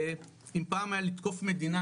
אם פעם היה לתקוף מדינה,